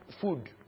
food